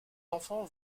enfants